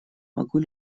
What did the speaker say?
могу